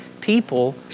people